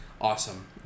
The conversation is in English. awesome